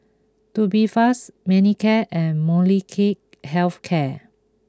Tubifast Manicare and Molnylcke Health Care